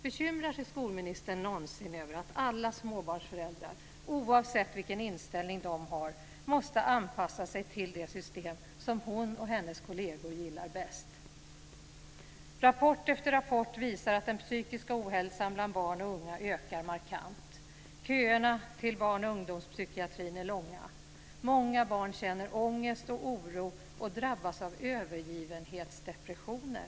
Bekymrar sig skolministern någonsin över att alla småbarnsföräldrar, oavsett vilken inställning de har, måste anpassa sig till det system som hon och hennes kolleger gillar bäst? Rapport efter rapport visar att den psykiska ohälsan bland barn och unga ökar markant. Köerna till barn och ungdomspsykiatrin är långa. Många barn känner ångest och oro och drabbas av övergivenhetsdepressioner.